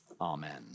Amen